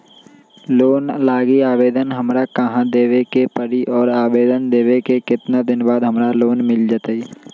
Loan लागी आवेदन हमरा कहां देवे के पड़ी और आवेदन देवे के केतना दिन बाद हमरा लोन मिल जतई?